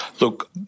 Look